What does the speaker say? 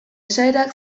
esaerak